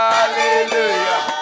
hallelujah